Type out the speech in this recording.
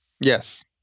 Yes